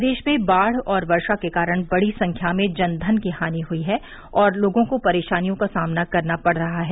प्रदेश में बाढ़ और वर्षा के कारण बड़ी संख्या में जनधन की हानि हुई है और लोगों को परेशानियों का सामना करना पड़ रहा है